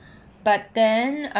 but then